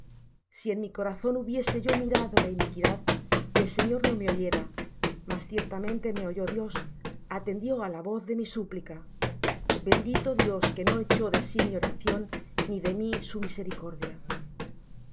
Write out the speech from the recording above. si en mi corazón hubiese yo mirado á la iniquidad el señor no me oyera mas ciertamente me oyó dios antendió á la voz de mi súplica bendito dios que no echó de sí mi oración ni de mí su misericordia